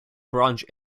bronze